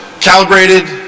calibrated